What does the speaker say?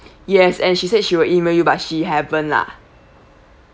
yes and she said she will email you but she haven't lah